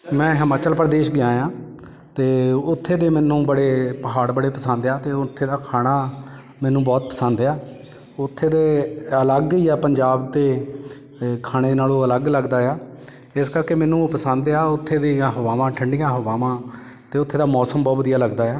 ਮੈਂ ਹਿਮਾਚਲ ਪ੍ਰਦੇਸ਼ ਗਿਆ ਹਾਂ ਅਤੇ ਉੱਥੇ ਦੇ ਮੈਨੂੰ ਬੜੇ ਪਹਾੜ ਬੜੇ ਪਸੰਦ ਆ ਅਤੇ ਉੱਥੇ ਦਾ ਖਾਣਾ ਮੈਨੂੰ ਬਹੁਤ ਪਸੰਦ ਏ ਆ ਉੱਥੇ ਦੇ ਅਲੱਗ ਹੀ ਆ ਪੰਜਾਬ ਦੇ ਖਾਣੇ ਨਾਲੋਂ ਅਲੱਗ ਲੱਗਦਾ ਏ ਆ ਇਸ ਕਰਕੇ ਮੈਨੂੰ ਉਹ ਪਸੰਦ ਆ ਉੱਥੇ ਦੀਆਂ ਹਵਾਵਾਂ ਠੰਡੀਆਂ ਹਵਾਵਾਂ ਅਤੇ ਉੱਥੇ ਦਾ ਮੌਸਮ ਬਹੁਤ ਵਧੀਆ ਲੱਗਦਾ ਏ ਆ